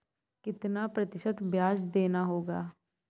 कितना प्रतिशत ब्याज देना होगा?